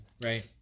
right